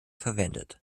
verwendet